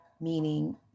meaning